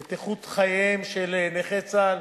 את איכות חייהם של נכי צה"ל,